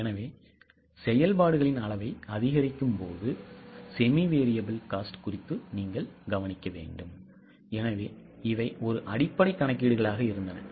எனவே செயல்பாடுகளின் அளவை அதிகரிக்கும் போது semi variable cost குறித்து நீங்கள் கவனிக்க வேண்டும் எனவே இவை ஒரு அடிப்படை கணக்கீடுகளாக இருந்தன